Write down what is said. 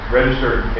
registered